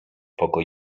poko